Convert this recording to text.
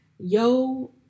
Yo